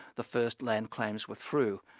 the first land claims were through,